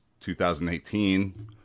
2018